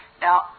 Now